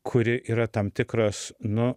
kuri yra tam tikras nu